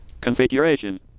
Configuration